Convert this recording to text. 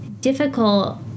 difficult